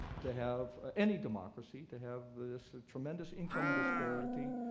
to have, ah any democracy, to have this tremendous income disparity,